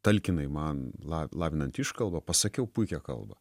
talkinai man la lavinant iškalbą pasakiau puikią kalbą